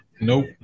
Nope